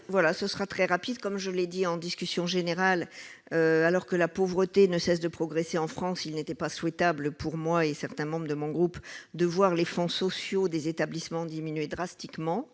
ce sera très rapide, comme je l'ai dit en discussion générale alors que la pauvreté ne cesse de progresser en France, il n'était pas souhaitable pour moi et certains membres de mon groupe, de voir les fonds sociaux des établissements diminuer drastiquement